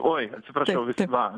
oi atsiprašau vis va